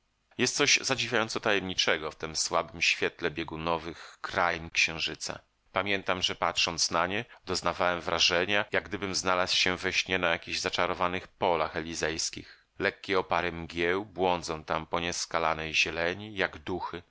jest coś zadziwiająco tajemniczego w tem słabem świetle biegunowych krain księżyca pamiętam że patrząc na nie doznawałem wrażenia jak gdybym znalazł się we śnie na jakichś zaczarowanych polach elizejskich lekkie opary mgieł błądzą tam po nieskalanej zieleni jak duchy